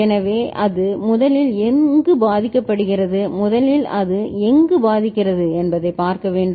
எனவே அது முதலில் எங்கு பாதிக்கப்படுகிறது முதலில் அது எங்கு பாதிக்கிறது என்பதைப் பார்க்க வேண்டும்